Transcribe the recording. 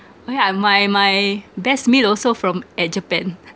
oh yeah uh my my best meal also from at japan